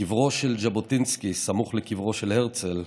קברו של ז'בוטינסקי, סמוך לקברו של הרצל,